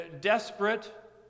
desperate